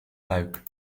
luik